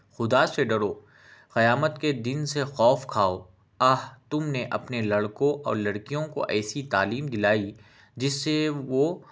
خدا سے ڈرو قیامت کے دن سے خوف کھاؤ آہ تم نے اپنے لڑکوں اور لڑکیوں کو ایسی تعلیم دلائی جس سے وہ